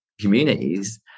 communities